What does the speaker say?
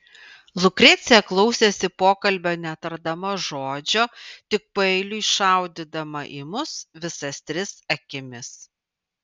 lukrecija klausėsi pokalbio netardama žodžio tik paeiliui šaudydama į mus visas tris akimis